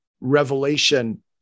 revelation